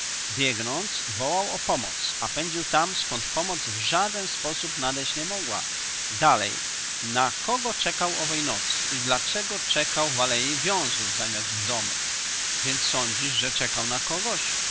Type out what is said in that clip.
biegnąc wołał o pomoc a pędził tam skąd pomoc w żaden sposób nadejść nie mogła dalej na kogo czekał owej nocy i dlaczego czekał w alei wiązów zamiast w domu wiec sądzisz że czekał na kogoś